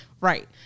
Right